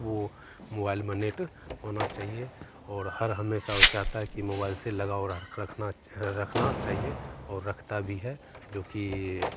वह मोबाइल में नेट होना चाहिए और हर हमेशा वह चाहता है कि मोबाइल से लगाव रख रखना रखना चाहिए और रखता भी है जोकि